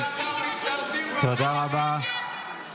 --- תודה רבה.